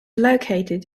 located